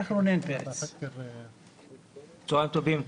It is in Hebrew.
צוהריים טובים,